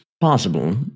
possible